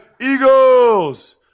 Eagles